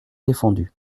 défendus